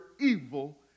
evil